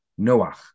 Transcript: Noach